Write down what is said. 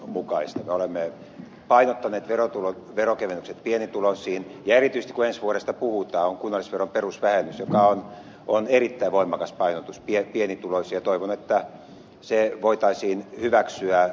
me olemme painottaneet veronkevennykset pienituloisiin ja erityisesti kun ensi vuodesta puhutaan on kunnallisveron perusvähennys joka on erittäin voimakas painotus pienituloisiin ja toivon että se voitaisiin hyväksyä